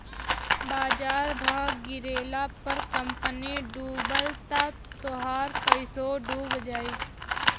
बाजार भाव गिरले पर कंपनी डूबल त तोहार पइसवो डूब जाई